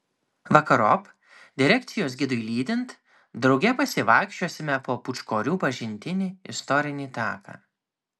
vakarop direkcijos gidui lydint drauge pasivaikščiosime po pūčkorių pažintinį istorinį taką